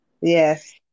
Yes